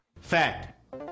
Fact